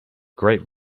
great